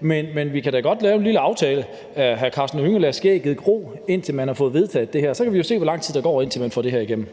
Men vi kan da godt lave en lille aftale: Hr. Karsten Hønge lader skægget gro, indtil man har fået vedtaget det her. Så kan vi jo se, hvor lang tid der går, inden man får det her igennem.